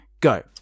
Go